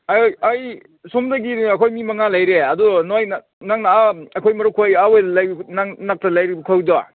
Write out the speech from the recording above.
ꯑꯩ ꯁꯣꯝꯗꯒꯤ ꯑꯩꯈꯣꯏ ꯃꯤ ꯃꯉꯥ ꯂꯩꯔꯦ ꯑꯗꯣ ꯅꯣꯏꯅ ꯅꯪꯅ ꯑꯩꯈꯣꯏ ꯃꯔꯨꯞꯈꯣꯏ ꯑꯥꯋꯣꯏ ꯂꯩꯕ ꯅꯪ ꯅꯥꯛꯇ ꯂꯩꯔꯤꯕꯈꯣꯏꯗꯣ